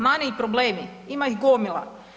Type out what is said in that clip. Mane i problemi, ima ih gomila.